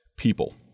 People